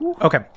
Okay